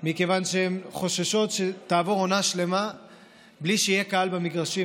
מכיוון שהן חוששות שתעבור עונה שלמה בלי שיהיה קהל במגרשים,